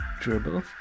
Dribble